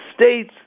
States